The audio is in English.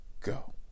go